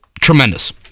tremendous